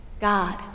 God